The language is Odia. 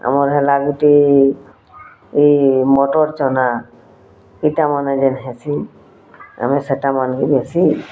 ଆମର୍ ହେଲା ଗୁଟେ ଇ ମଟର୍ଚନା ଇଟା ମାନେ ଯେନ୍ ହେସି ଆମେ ସେଟାମାନ୍କେ ବେଶି